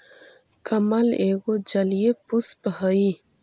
कमल एगो जलीय पुष्प हइ